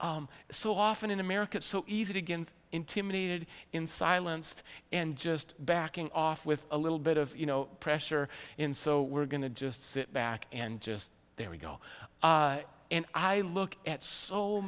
so often in america it's so easy to get intimidated in silence and just backing off with a little bit of pressure in so we're going to just sit back and just there we go and i look at so